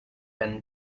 when